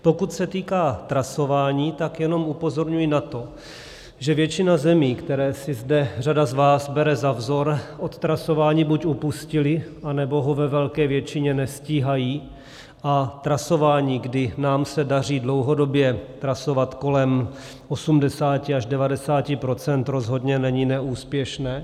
Pokud se týká trasování, tak jenom upozorňuji na to, že většina zemí, které si zde řada z vás bere za vzor, od trasování buď upustila, anebo ho ve velké většině nestíhají, a trasování, kdy nám se daří dlouhodobě trasovat kolem 80 až 90 %, rozhodně není neúspěšné.